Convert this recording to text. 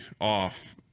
off